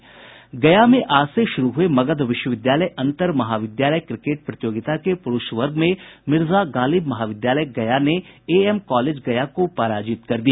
गया में आज से शुरू हुए मगध विश्वविद्यालय अंतर महाविद्यालय क्रिकेट प्रतियोगिता के पुरूष वर्ग में मिर्जा गालिब महाविद्यालय गया ने एएम कॉलेज गया को पराजित कर दिया